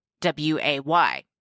W-A-Y